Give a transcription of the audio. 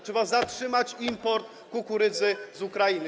Trzeba zatrzymać import kukurydzy z Ukrainy.